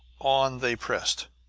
on they pressed,